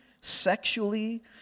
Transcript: sexually